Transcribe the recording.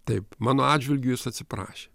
taip mano atžvilgiu jis atsiprašė